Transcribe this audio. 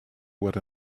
what